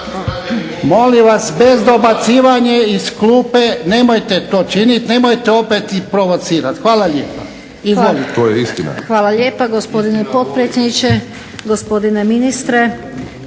Molim vas bez dobacivanja iz klupe, nemojte to činiti, nemojte opet provocirati. Hvala lijepa. Izvolite. **Lovrin, Ana (HDZ)** Hvala lijepa gospodine potpredsjedniče, gospodine ministre,